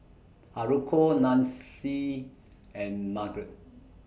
Haruko Nancy and Margrett